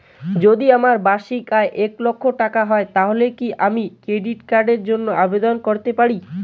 যদি আমার বার্ষিক আয় এক লক্ষ টাকা হয় তাহলে কি আমি ক্রেডিট কার্ডের জন্য আবেদন করতে পারি?